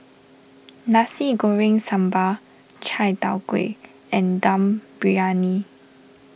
Nasi Goreng Sambal Chai Tow Kway and Dum Briyani